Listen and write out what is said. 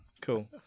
Cool